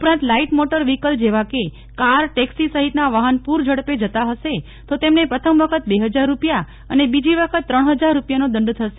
ઉપરાંત light motor vehicle જેવા કે કાર ટેક્સી સહિતના વાહન પૂરઝડપે જતા હશે તો તેમને પ્રથમ વખત બે હજાર રૂપિયા અને બીજી વખત ત્રણ હજાર રૂપિયાનો દંડ થશે